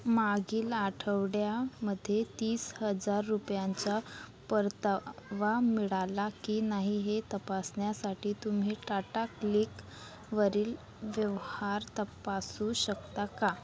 मागील आठवड्यामध्ये तीस हजार रुपयांचा परतावा मिळाला की नाही हे तपासण्यासाठी तुम्ही टाटाक्लिक वरील व्यवहार तप्पासू शकता का